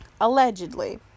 Allegedly